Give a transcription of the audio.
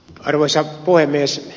arvoisa puhemies